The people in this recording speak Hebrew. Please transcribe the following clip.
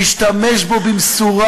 תשתמש בו במשורה,